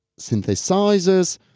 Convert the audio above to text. synthesizers